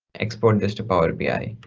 export this to power bi.